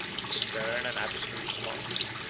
his stern and absolute commands.